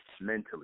mentally